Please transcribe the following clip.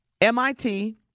MIT